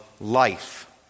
life